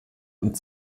und